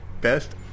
Best